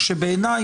בעיניי,